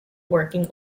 working